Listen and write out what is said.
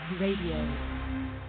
Radio